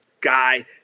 guy